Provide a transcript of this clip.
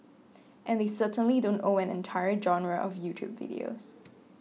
and they certainly don't own an entire genre of YouTube videos